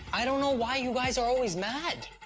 i don't know why you guys are always mad!